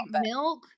Milk